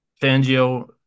Fangio